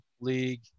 League